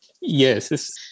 Yes